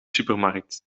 supermarkt